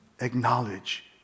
acknowledge